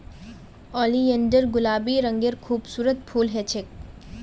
oleander गुलाबी रंगेर खूबसूरत फूल ह छेक